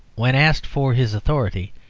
when asked for his authority,